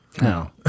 no